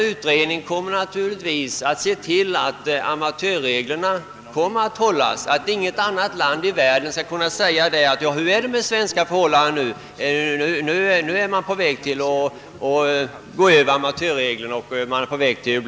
Utredningen kommer naturligtvis att se till att amatörreglerna iakttas, så att inte något annat land i världen kan säga att de svenska idrottsmännen är på väg att bryta amatörreglerna och bli professionella.